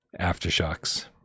Aftershocks